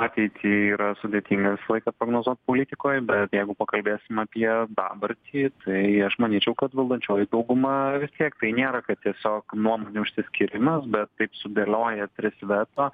ateitį yra sudėtinga visą laiką prognozuot politikoj bet jeigu pakalbėsim apie dabartį tai aš manyčiau kad valdančioji dauguma vis tiek tai nėra kad tiesiog nuomonių išsiskyrimas bet taip sudėlioja tris veto